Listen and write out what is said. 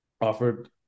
offered